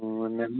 ମୁଁ ନେବି